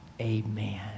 amen